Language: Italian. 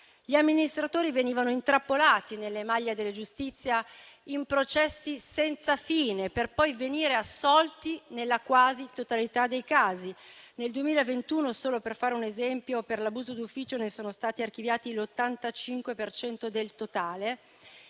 Gli amministratori venivano intrappolati nelle maglie della giustizia in processi senza fine, per poi venire assolti nella quasi totalità dei casi. Nel 2021, solo per fare un esempio, per l'abuso d'ufficio è stato archiviato l'85 per cento